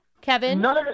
Kevin